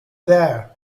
there